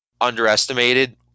underestimated